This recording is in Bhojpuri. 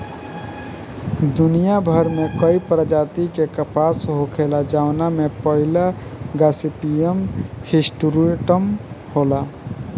दुनियाभर में कई प्रजाति के कपास होखेला जवना में पहिला गॉसिपियम हिर्सुटम होला